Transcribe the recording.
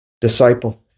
disciple